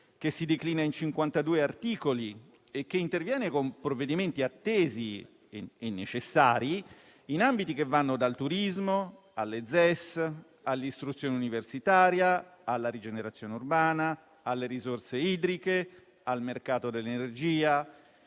si declina in 52 articoli e interviene con provvedimenti attesi e necessari, in ambiti che vanno dal turismo alle zone economiche speciali (ZES), all'istruzione universitaria, alla rigenerazione urbana, alle risorse idriche e al mercato dell'energia